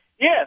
Yes